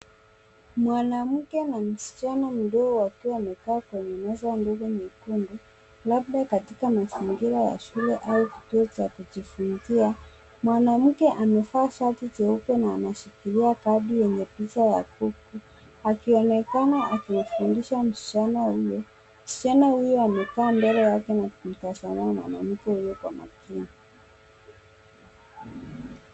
Mwanamke na msichana mdogo wakiwa wamekaa kwenye meza ndogo nyekundu labda katika mazingira ya shule au kituo cha kujifunzia. Mwanamke amevaa shati jeupe na anashikilia kadi yenye picha ya kuku akionekana akimfundisha msichana huyo. Msichana huyu amekaa mbele yake na kumtazama mwanamke huyo kwa makini.